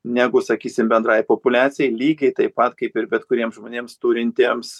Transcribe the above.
negu sakysim bendrai populiacijai lygiai taip pat kaip ir bet kuriem žmonėms turintiems